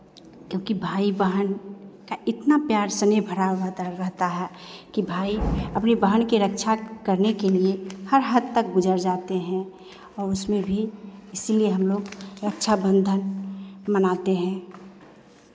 क्योंकि भाई बहन का इतना प्यार स्नेह भरा हुआ रहता है कि भाई अपनी बहन की रक्षा करने के लिए हर हद तक गुज़र जाते हैं और उसमें भी इसीलिए हम लोग रक्षा बंधन मनाते हैं